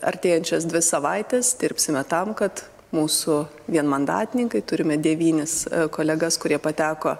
artėjančias dvi savaites dirbsime tam kad mūsų vienmandatininkai turime devynis kolegas kurie pateko